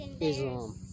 Islam